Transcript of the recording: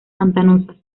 pantanosas